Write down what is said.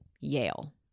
Yale